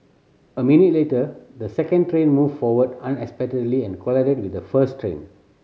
a minute later the second train moved forward unexpectedly and collided with the first train